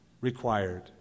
required